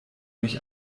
mich